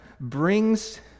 brings